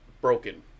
broken